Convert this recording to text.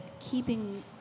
keeping